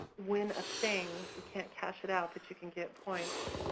win a thing, you can't cash it out but you can get points,